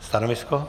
Stanovisko?